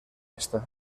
esta